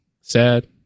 Sad